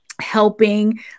helping